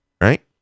right